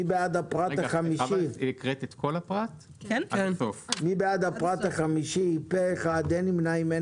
מי בעד אישור פרט 5, הגנת סייבר?